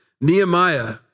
Nehemiah